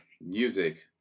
music